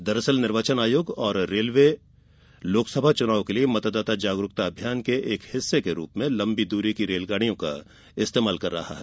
दरअसल निर्वाचन आयोग और रेलवे लोकसभा चुनाव के लिए मतदाता जागरूकता अभियान के एक हिस्से को रूप में लम्बी दूरी की रेलगाड़ियों का इस्तेमाल कर रहा है